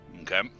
okay